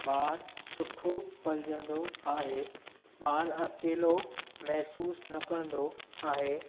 ॿारु सुठो पलजन्दो आहे ॿारु अकेलो महसूसु न कंदो आहे